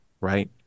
right